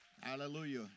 Hallelujah